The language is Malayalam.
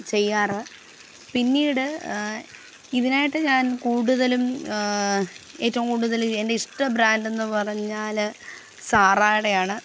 ചെയ്യാറ് പിന്നീട് ഇതിനായിട്ട് ഞാൻ കൂടുതലും ഏറ്റവും കൂടുതൽ എൻ്റെ ഇഷ്ട ബ്രാൻഡെന്നു പറഞ്ഞാൽ സാറായുടേതാണ്